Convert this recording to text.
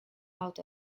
out